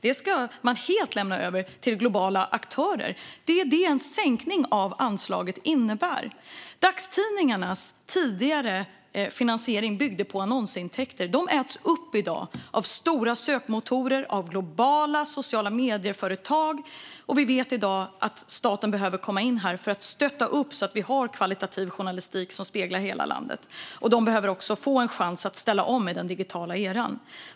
Det ska man helt lämna över till globala aktörer. Det är vad en sänkning av anslaget innebär. Dagstidningarnas tidigare finansiering byggde på annonsintäkter. De äts i dag upp av stora sökmotorer och av globala sociala medieföretag. Vi vet i dag att staten behöver komma in här för att stötta så att vi har kvalitativ journalistik som speglar hela landet. De behöver också få en chans att ställa om i den digitala eran.